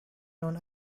known